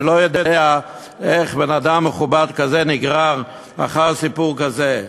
אני לא יודע איך בן-אדם מכובד כזה נגרר אחר סיפור כזה.